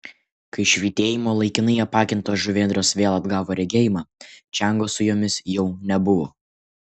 kai švytėjimo laikinai apakintos žuvėdros vėl atgavo regėjimą čiango su jomis jau nebuvo